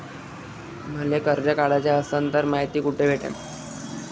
मले कर्ज काढाच असनं तर मायती कुठ भेटनं?